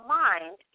mind